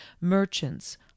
merchants